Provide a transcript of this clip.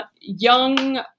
young